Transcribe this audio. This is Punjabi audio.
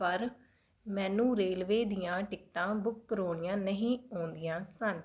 ਪਰ ਮੈਨੂੰ ਰੇਲਵੇ ਦੀਆਂ ਟਿਕਟਾਂ ਬੁੱਕ ਕਰਾਉਣੀਆਂ ਨਹੀਂ ਆਉਂਦੀਆਂ ਸਨ